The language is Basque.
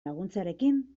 laguntzarekin